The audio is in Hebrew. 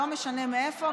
לא משנה מאיפה.